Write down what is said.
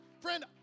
Friend